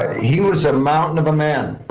he was a mountain of a man,